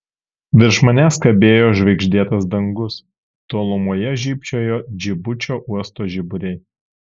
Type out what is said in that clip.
virš manęs kabėjo žvaigždėtas dangus tolumoje žybčiojo džibučio uosto žiburiai